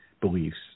beliefs